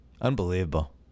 unbelievable